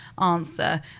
answer